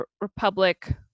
Republic